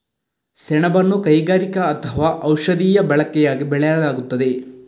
ಸೆಣಬನ್ನು ಕೈಗಾರಿಕಾ ಅಥವಾ ಔಷಧೀಯ ಬಳಕೆಯಾಗಿ ಬೆಳೆಯಲಾಗುತ್ತದೆ